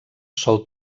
sol